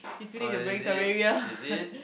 oh is it is it